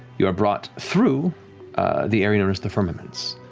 you are brought through the area known as the firmaments.